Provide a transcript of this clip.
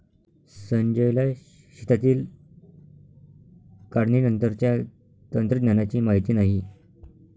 संजयला शेतातील काढणीनंतरच्या तंत्रज्ञानाची माहिती नाही